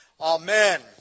Amen